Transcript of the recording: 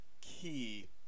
key